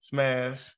Smash